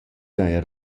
s’haja